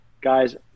Guys